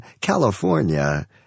California